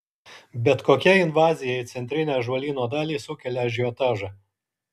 bet kokia invazija į centrinę ąžuolyno dalį sukelia ažiotažą